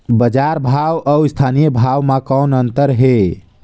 बजार भाव अउ स्थानीय भाव म कौन अन्तर हे?